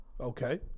Okay